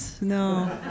No